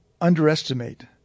underestimate